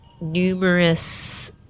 numerous